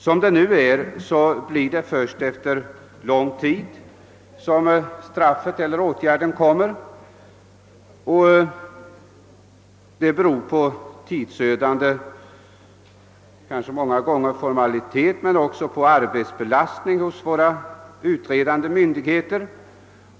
Som det nu är blir det först efter lång tid som straffet eller åtgärden kommer, vilket beror på tidsödande utredningar, kanske många gånger på formaliteter, men också på arbetsbelastningen hos våra utredande myndigheter.